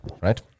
Right